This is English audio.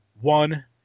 one